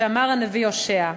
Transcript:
שאמר הנביא הושע: